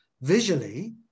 visually